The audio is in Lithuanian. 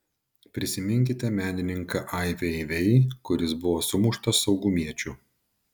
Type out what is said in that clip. prisiminkite menininką ai vei vei kuris buvo sumuštas saugumiečių